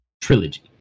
Trilogy